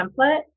template